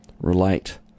relate